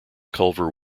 culver